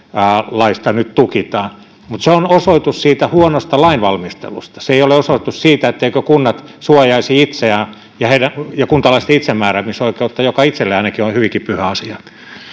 laista nyt tukitaan mutta se on osoitus huonosta lainvalmistelusta se ei ole osoitus siitä etteivätkö kunnat suojaisi itseään ja kuntalaisten itsemääräämisoikeutta joka itselleni ainakin on hyvinkin pyhä asia